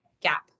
gap